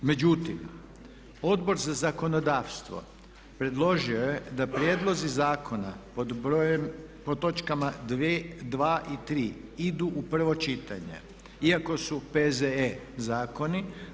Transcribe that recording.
Međutim, Odbor za zakonodavstvo predložio je da prijedlozi zakona pod točkama 2. i 3. idu u prvo čitanje iako su P.Z.E. zakoni.